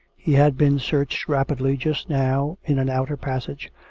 he had been searched rapidly just now in an outer passage,